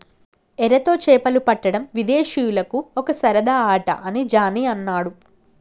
ఎరతో చేపలు పట్టడం విదేశీయులకు ఒక సరదా ఆట అని జానీ అన్నాడు